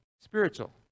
spiritual